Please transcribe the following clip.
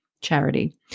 charity